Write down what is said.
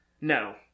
No